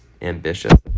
ambitious